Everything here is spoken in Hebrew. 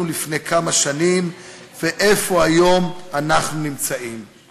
לפני כמה שנים ואיפה אנחנו נמצאים היום.